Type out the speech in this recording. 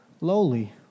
lowly